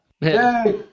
yay